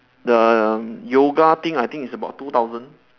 the yoga thing I think is about two thousand